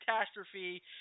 catastrophe